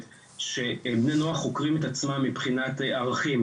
שהבינו החוקרים את עצמם מבחינת ערכים,